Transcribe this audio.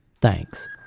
Thanks